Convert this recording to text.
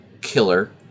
killer